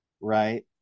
right